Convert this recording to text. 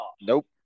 Nope